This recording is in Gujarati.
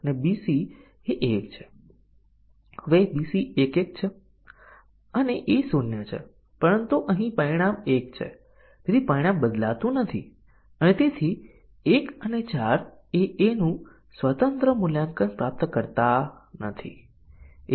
આપણે તે ટેસ્ટીંગ નાં કેસો પણ ચલાવવાની જરૂર નથી અને શોર્ટ સર્કિટ મૂલ્યાંકનને કારણે તેની કોઈ અસર થઈ નથી